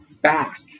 back